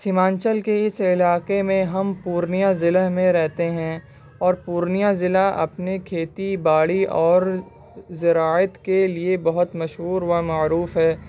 سیمانچل کے اس علاقے میں ہم پورنیہ ضلع میں رہتے ہیں اور پورنیہ ضلع اپنے کھیتی باڑی اور زراعت کے لیے بہت مشہور و معروف ہے